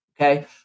Okay